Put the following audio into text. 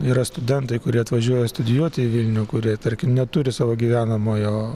yra studentai kurie atvažiuoja studijuoti į vilnių kurie tarkim neturi savo gyvenamojo